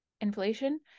inflation